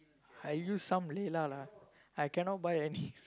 I use some lah lah I cannot buy any